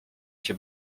się